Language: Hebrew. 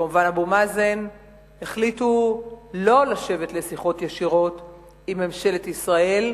וכמובן אבו מאזן החליטו לא לשבת לשיחות ישירות עם ממשלת ישראל,